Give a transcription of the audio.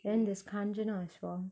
then there's kanchana as well